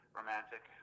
romantic